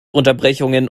unterbrechungen